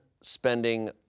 spending